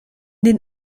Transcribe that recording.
den